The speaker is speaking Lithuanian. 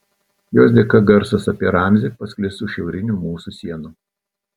jos dėka garsas apie ramzį pasklis už šiaurinių mūsų sienų